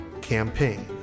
Campaign